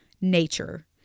nature